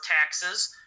taxes—